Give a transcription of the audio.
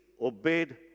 obeyed